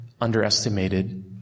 underestimated